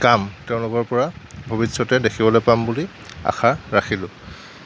কাম তেওঁলোকৰ পৰা ভৱিষ্যতে দেখিবলৈ পাম বুলি আশা ৰাখিলোঁ